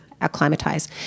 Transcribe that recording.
Acclimatize